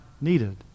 needed